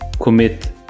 commit